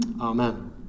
Amen